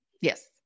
Yes